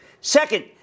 Second